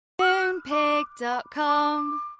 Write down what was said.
Moonpig.com